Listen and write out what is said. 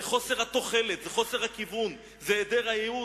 זה חוסר התוחלת, חוסר הכיוון, זה העדר הייעוד.